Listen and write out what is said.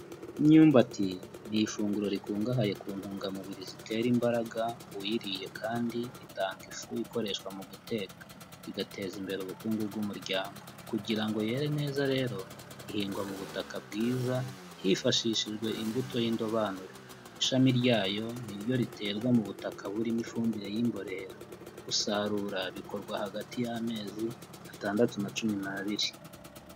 Imyumbati ni ifunguro rikungahaye kuntungamubiri zitera imbaraga uyiriye kandi itanga ifu ikoreshwa muguteka igateza imbere ubukungu bw'umuryango. Kugira ngo yere neza rero ihingwa mu butaka bwiza hifashishijwe imbuto y'indobanure, ishami ryayo ni ryo riterwa mubutaka burimo ifumbire y'imborera. Gusarura bikorwa hagati y'amezi atandatu na cumi n'abiri.